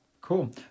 Cool